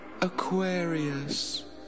Aquarius